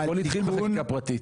הכול התחיל בחקיקה פרטית.